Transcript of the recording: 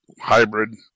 Hybrid